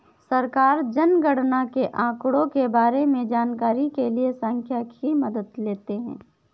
सरकार जनगणना के आंकड़ों के बारें में जानकारी के लिए सांख्यिकी की मदद लेते है